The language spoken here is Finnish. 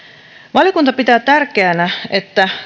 valiokunta pitää tärkeänä että